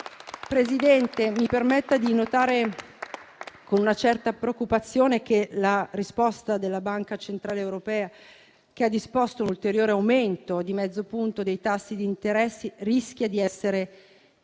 Presidente, mi permetta di notare, con una certa preoccupazione, che la risposta della Banca centrale europea, che ha disposto un ulteriore aumento di mezzo punto dei tassi di interesse, rischia di essere